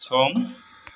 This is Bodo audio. सम